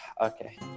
okay